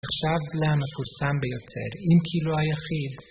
עכשיו למה חוסם ביותר? אם כי לא היחיד.